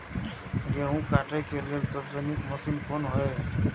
गेहूँ काटय के लेल सबसे नीक मशीन कोन हय?